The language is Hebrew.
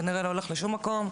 כנראה לא הולך לשום מקום,